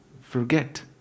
forget